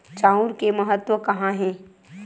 चांउर के महत्व कहां हे?